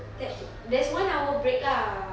ther~ there's one hour break lah